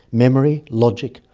memory, logic,